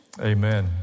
Amen